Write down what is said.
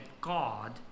God